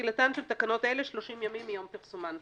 תחילתן של תקנות אלה, 30 ימים מיום פרסומן.